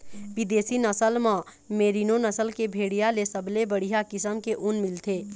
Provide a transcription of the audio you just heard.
बिदेशी नसल म मेरीनो नसल के भेड़िया ले सबले बड़िहा किसम के ऊन मिलथे